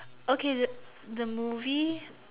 okay the the movie